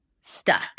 stuck